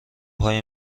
های